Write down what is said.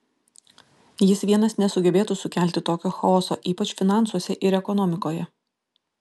jis vienas nesugebėtų sukelti tokio chaoso ypač finansuose ir ekonomikoje